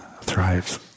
thrives